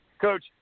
coach